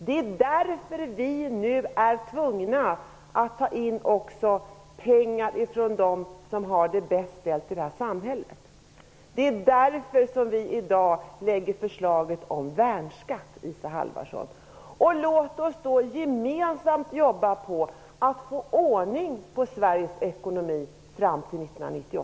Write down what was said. Det är därför som vi nu är tvungna att också ta in pengar från dem som har det bäst ställt i det här samhället. Det är därför som vi i dag lägger fram förslaget om värnskatt, Isa Halvarsson. Låt oss gemensamt arbeta med att få ordning på